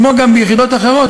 כמו גם ביחידות אחרות,